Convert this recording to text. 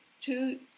two